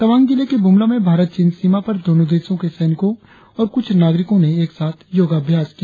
तवांग जिले के ब्रमला में भारत चीन सीमा पर दोनो देश के सैनिकों और कुछ नागरिकों ने एक साथ योगाभ्यास किया